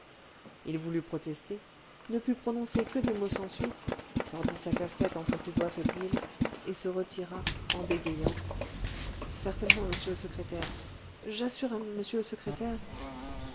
il voulut protester ne put prononcer que des mots sans suite tordit sa casquette entre ses doigts fébriles et se retira en bégayant certainement monsieur le secrétaire j'assure à monsieur le secrétaire